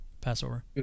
Passover